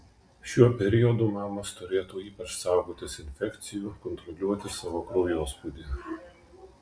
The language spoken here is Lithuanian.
šiuo periodu mamos turėtų ypač saugotis infekcijų kontroliuoti savo kraujospūdį